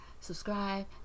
subscribe